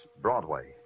Broadway